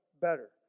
better